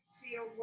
feel